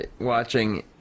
watching